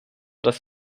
das